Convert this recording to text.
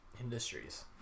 Industries